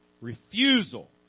refusal